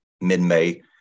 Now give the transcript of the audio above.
mid-May